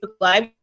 live